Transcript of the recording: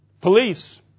police